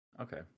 okay